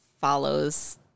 follows